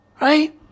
Right